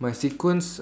My sequence